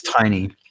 tiny